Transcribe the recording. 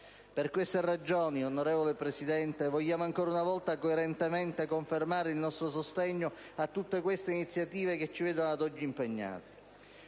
Per queste ragioni, onorevole Presidente, vogliamo ancora una volta, coerentemente, confermare il nostro sostegno a tutte queste iniziative che ci vedono ad oggi impegnati.